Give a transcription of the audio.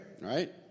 right